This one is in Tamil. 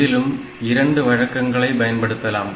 இதிலும் இரண்டு வழக்கங்களை பயன்படுத்தலாம்